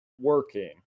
working